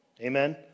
Amen